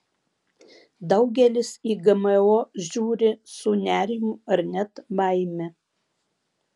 daugelis į gmo žiūri su nerimu ar net baime